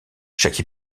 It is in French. chaque